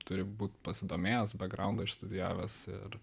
turi būt pasidomėjęs bekgraundą išstudijavęs ir